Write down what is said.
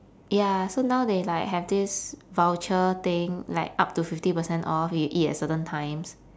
ya so now they like have this voucher thing like up to fifty percent off if you eat at certain times